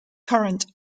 current